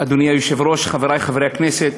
אדוני היושב-ראש, חברי חברי הכנסת,